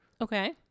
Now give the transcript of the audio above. Okay